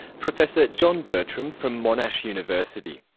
professor john bertram from monash university.